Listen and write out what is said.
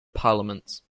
parliaments